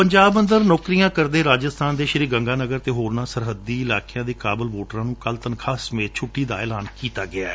ਪੰਜਾਬ ਅੰਦਰ ਨੌਕਰੀਆਂ ਕਰਦੇ ਰਾਜਸਬਾਨ ਦੇ ਸ਼੍ਰੀ ਗੰਗਾ ਨਗਰ ਅਤੇ ਹੋਰਨਾਂ ਸਰਹੱਦੀ ਇਲਾਕਿਆਂ ਦੇ ਕਾਬਲ ਵੋਟਰਾਂ ਨੂੰ ਕੱਲੂ ਤਨਖਾਹ ਸਮੇਤ ਛੁੱਟੀ ਦਾ ਐਲਾਨ ਕੀਤਾ ਗਿਆ ਹੈ